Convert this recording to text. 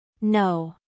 No